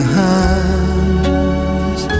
hands